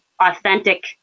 authentic